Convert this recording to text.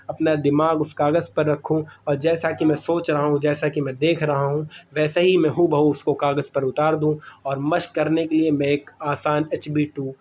اپنا دماغ اس کاغذ پر رکھوں اور جیسا کہ میں سوچ رہا ہوں جیسا کہ میں دیکھ رہا ہوں ویسا ہی میں ہو بہ ہو اس کو کاغذ پر اتار دوں اور مشق کرنے کے لیے میں ایک آسان ایچ بی ٹو